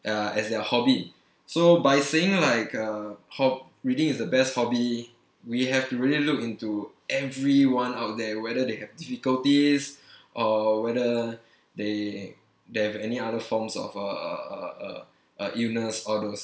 uh as their hobby so by saying like uh hob~ reading is the best hobby we have to really look into everyone out there whether they have difficulties or whether they they have any other forms of uh uh uh uh uh illness all those